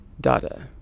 data